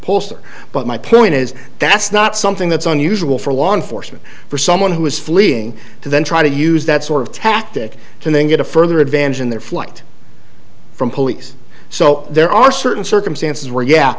poster but my point is that's not something that's unusual for law enforcement for someone who is fleeing to then try to use that sort of tactic to then get a further advantage in their flight from police so there are certain circumstances where yeah